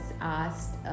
asked